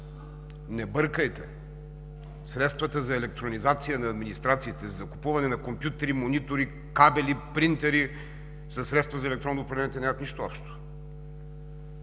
Не бъркайте средствата за електронизация на администрациите, за закупуване на компютри, монитори, кабели, принтери със средствата за електронно управление нямат нищо